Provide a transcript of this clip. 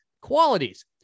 qualities